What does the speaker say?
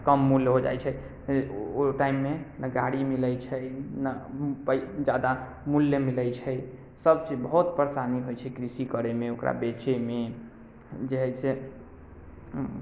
कम मूल्य हो जाइ छै ओहि टाइममे नहि गाड़ी मिलै छै नहि पै ज्यादा मूल्य मिलै छै सब चीज बहुत परेशानी होइ छै कृषि करैमे ओकरा बेचैमे जे हइ से